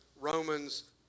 Romans